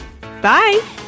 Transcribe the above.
Bye